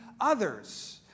others